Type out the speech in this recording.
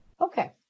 okay